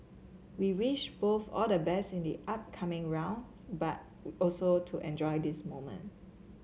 we wish both all the best in the upcoming rounds but also to enjoy this moment